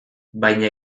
baina